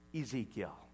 Ezekiel